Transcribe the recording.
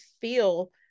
feel